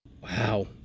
wow